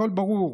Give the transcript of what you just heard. הכול ברור.